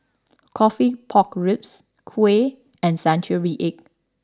Coffee Pork Ribs Kuih and Century Egg